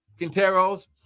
Quinteros